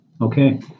Okay